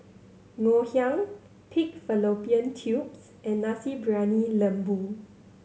Ngoh Hiang pig fallopian tubes and Nasi Briyani Lembu